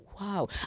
wow